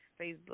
Facebook